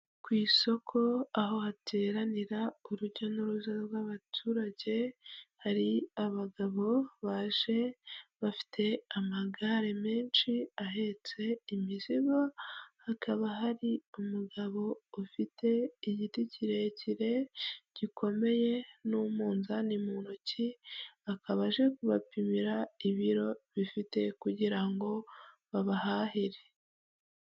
Ku isoko, aho hateranira urujya n'uruza rw'abaturage, hari abagabo baje bafite amagare menshi ahetse imizigo, hakaba hari umugabo ufite igiti kirekire gikomeye n'umunnzani mu ntoki, akaba aje kubapimira ibiro bifite kugira ngo babahahire.